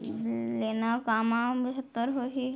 लेना कामा बेहतर होही?